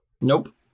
Nope